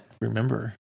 remember